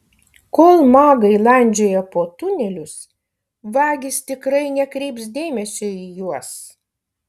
kol magai landžioja po tunelius vagys tikrai nekreips dėmesio į juos